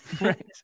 Right